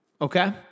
Okay